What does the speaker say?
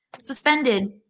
suspended